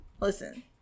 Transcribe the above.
Listen